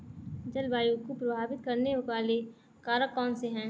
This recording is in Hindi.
जलवायु को प्रभावित करने वाले कारक कौनसे हैं?